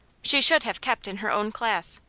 she should have kept in her own class.